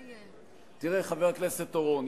תראה, חבר הכנסת אורון.